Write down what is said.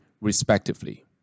respectively